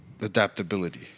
adaptability